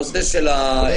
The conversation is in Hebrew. הנושא של המלונות,